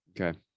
Okay